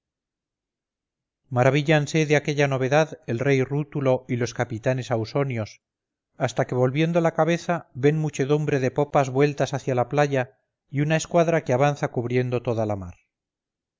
maravíllanse de aquella novedad el rey rútulo y los capitanes ausonios hasta que volviendo la cabeza ven muchedumbre de popas vueltas hacia la playa y una escuadra que avanza cubriendo toda la mar